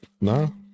No